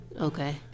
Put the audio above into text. okay